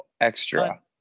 extra